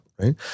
Right